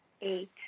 eight